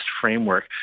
framework